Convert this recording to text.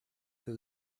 that